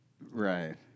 Right